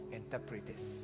interpreters